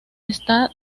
está